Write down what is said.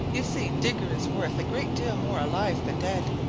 you see, digger is worth a great deal more alive than dead,